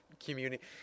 community